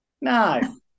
no